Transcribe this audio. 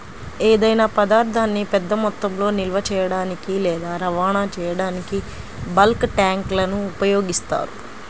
ఏదైనా పదార్థాన్ని పెద్ద మొత్తంలో నిల్వ చేయడానికి లేదా రవాణా చేయడానికి బల్క్ ట్యాంక్లను ఉపయోగిస్తారు